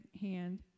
hand